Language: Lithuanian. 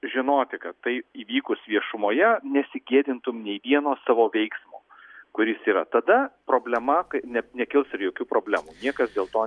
žinoti kad tai įvykus viešumoje nesigėdintum nei vieno savo veiksmo kuris yra tada problema ka net nekils ir jokių problemų niekas dėl to